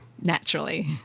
naturally